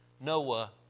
Noah